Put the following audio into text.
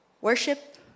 worship